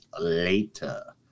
later